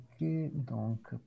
donc